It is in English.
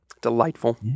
Delightful